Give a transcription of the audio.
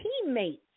Teammates